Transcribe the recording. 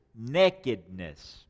nakedness